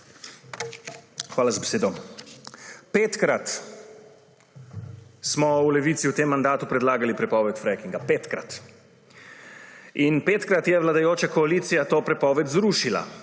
Hvala za besedo. Petkrat smo v Levici v tem mandatu predlagali prepoved frackinga. Petkrat! In petkrat je vladajoča koalicija to prepoved zrušila,